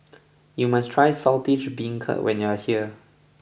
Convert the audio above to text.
you must try Saltish Beancurd when you are here